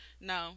No